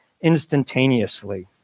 instantaneously